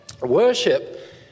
Worship